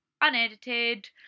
unedited